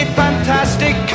fantastic